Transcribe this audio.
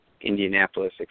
Indianapolis